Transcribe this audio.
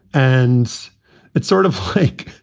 and it's sort of think